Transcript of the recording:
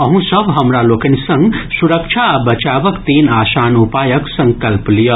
अहूँ सभ हमरा लोकनि संग सुरक्षा आ बचावक तीन आसान उपायक संकल्प लियऽ